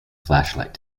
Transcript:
flashlight